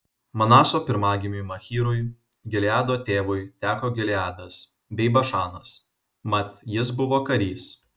manaso pirmagimiui machyrui gileado tėvui teko gileadas bei bašanas mat jis buvo karys